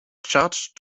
charge